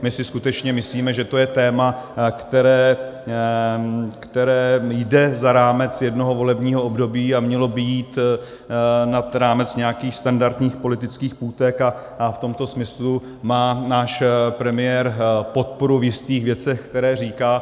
My si skutečně myslíme, že to je téma, které jde za rámec jednoho volebního období a mělo by jít nad rámec nějakých standardních politických půtek, a v tomto smyslu má náš premiér podporu v jistých věcech, které říká.